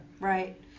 Right